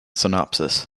synopsis